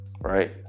Right